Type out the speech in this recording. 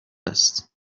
است